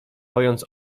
pojąc